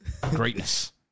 Greatness